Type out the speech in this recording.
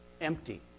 Empty